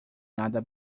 nada